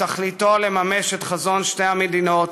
שתכליתו לממש את החזון של שתי המדינות,